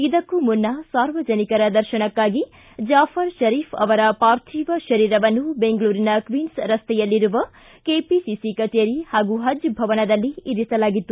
ಇದಕ್ಕೂ ಮುನ್ನ ಸಾರ್ವಜನಿಕರ ದರ್ಶನಕ್ಕಾಗಿ ಜಾಫರ್ ಷರಿಫ್ ಅವರ ಪಾರ್ಥಿವ ಶರೀರವನ್ನು ಬೆಂಗಳೂರಿನ ಕ್ವೀನ್ಸ್ ರಸ್ತೆಯಲ್ಲಿರುವ ಕೆಪಿಸಿಸಿ ಕಚೇರಿ ಹಾಗೂ ಪಜ್ ಭವನದಲ್ಲಿ ಇರಿಸಲಾಗಿತ್ತು